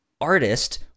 artist